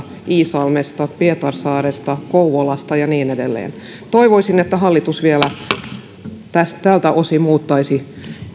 iisalmi pietarsaari kouvola ja niin edelleen toivoisin että hallitus vielä tältä osin muuttaisi